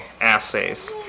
assays